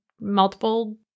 multiple